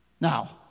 Now